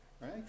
right